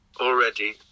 already